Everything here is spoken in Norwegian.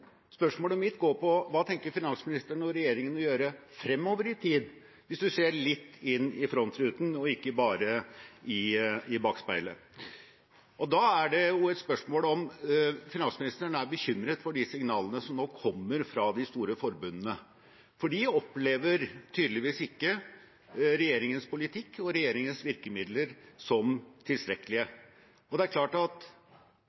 Spørsmålet mitt går på: Hva tenker finansministeren og regjeringen å gjøre fremover i tid, hvis han ser litt inn i frontruten og ikke bare i bakspeilet? Da er det jo et spørsmål om finansministeren er bekymret for de signalene som nå kommer fra de store forbundene, for de opplever tydeligvis ikke regjeringens politikk og regjeringens virkemidler som